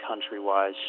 country-wise